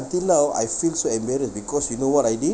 until now I feel so embarrassed because you know what I did